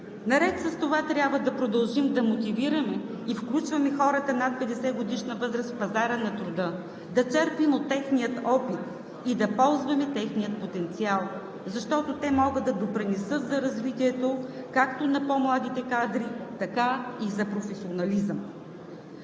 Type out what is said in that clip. Наред с това трябва да продължим да мотивираме и включваме хората над 50-годишна възраст в пазара на труда, да черпим от техния опит и да ползваме техния потенциал. Защото те могат да допринесат за развитието както на по-младите кадри, така и за професионализъм.